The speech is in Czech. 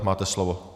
Máte slovo.